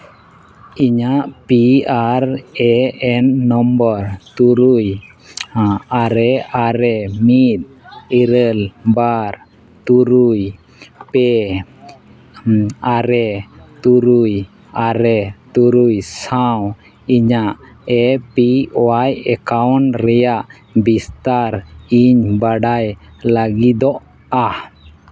ᱤᱧᱟᱹᱜ P R A N number ᱛᱩᱨᱩᱭ ᱟᱨᱮ ᱟᱨᱮ ᱢᱤᱫ ᱤᱨᱟᱹᱞ ᱵᱟᱨ ᱛᱩᱨᱩᱭ ᱯᱮ ᱟᱨᱮ ᱛᱩᱨᱩᱭ ᱟᱨᱮ ᱛᱩᱨᱩᱭ ᱥᱟᱶ ᱤᱧᱟᱹᱜ ᱮ ᱯᱤ ᱚᱣᱟᱭ ᱮᱠᱟᱣᱩᱱᱴ ᱨᱮᱭᱟᱜ ᱵᱤᱥᱛᱟᱨ ᱤᱧ ᱵᱟᱰᱟᱭ ᱞᱟᱹᱜᱤᱫᱚᱜᱼᱟ